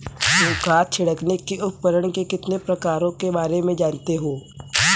तुम खाद छिड़कने के उपकरण के कितने प्रकारों के बारे में जानते हो?